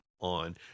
on